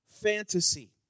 Fantasy